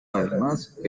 además